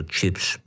Chips